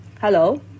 Hello